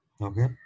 Okay